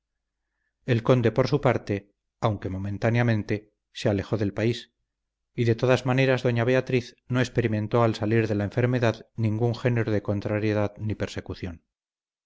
el conde por su parte aunque momentáneamente se alejó del país y de todas maneras doña beatriz no experimentó al salir de la enfermedad ningún género de contrariedad ni persecución